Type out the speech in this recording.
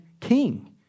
king